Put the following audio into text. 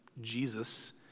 Jesus